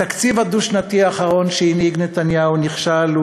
התקציב הדו-שנתי האחרון שהנהיג נתניהו נכשל.